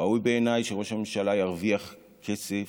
ראוי בעיניי שראש הממשלה ירוויח כסף,